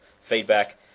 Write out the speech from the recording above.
feedback